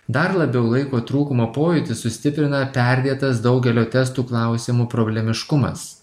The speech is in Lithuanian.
dar labiau laiko trūkumo pojūtį sustiprina perdėtas daugelio testų klausimų problemiškumas